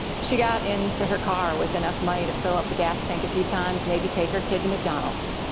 she got into her car with enough money to fill up the gas tank a few times, maybe take her kid to mcdonald's.